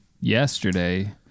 yesterday